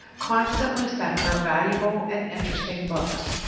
constantly sent her valuable and interesting books,